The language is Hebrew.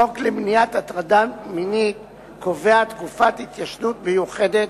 חוק למניעת הטרדה מינית קובע תקופת התיישנות מיוחדת,